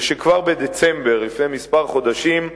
זה שכבר בדצמבר, לפני חודשים מספר,